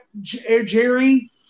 Jerry